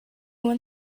went